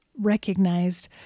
recognized